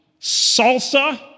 salsa